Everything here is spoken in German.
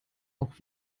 auch